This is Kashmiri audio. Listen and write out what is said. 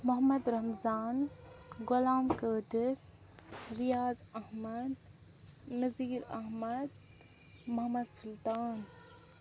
محمد رمضان غلام قٲدٕر ریاض احمد نزیٖر احمد محمد سُلطان